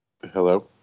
Hello